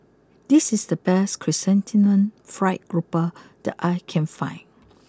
this is the best Chrysanthemum Fried grouper that I can find